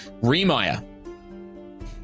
Remire